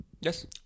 Yes